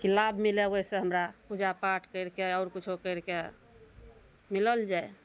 कि लाभ मिलय ओइसँ हमरा पूजा पाठ करिके आओर कुछो करिके मिलल जाइ